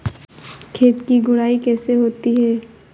खेत की गुड़ाई कैसे होती हैं?